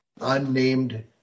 unnamed